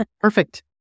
Perfect